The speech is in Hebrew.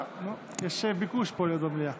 נו, יש ביקוש פה להיות במליאה.